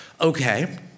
Okay